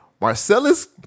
Marcellus